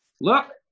Look